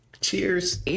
Cheers